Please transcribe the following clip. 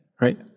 right